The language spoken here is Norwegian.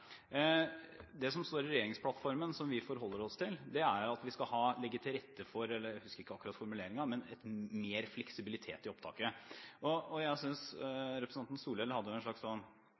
er at vi skal legge til rette for – jeg husker ikke akkurat formuleringen – mer fleksibilitet i opptaket. Jeg synes representanten Solhjell i stad hadde en slags